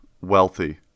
wealthy